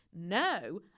no